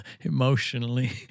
emotionally